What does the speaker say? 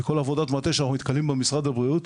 כל עבודת מטה שאנחנו נתקלים בה במשרד הבריאות,